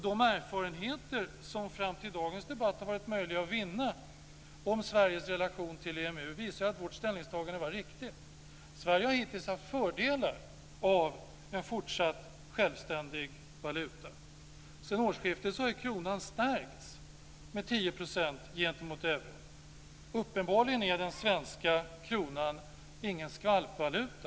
De erfarenheter som fram till dagens debatt har varit möjliga att vinna om Sveriges relation till EMU visar ju att vårt ställningstagande var riktigt. Sverige har hittills haft fördelar av en fortsatt självständig valuta. Sedan årsskiftet har kronan stärkts med 10 % gentemot euron. Uppenbarligen är den svenska kronan ingen skvalpvaluta.